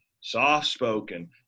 soft-spoken